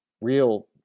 real